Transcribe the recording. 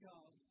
God